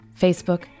Facebook